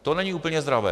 To není úplně zdravé.